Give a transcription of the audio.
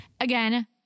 again